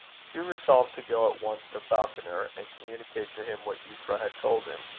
hugh resolved to go at once to falconer, and communicate to him what euphra had told him.